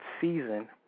season